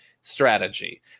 strategy